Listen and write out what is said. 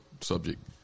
subject